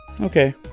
okay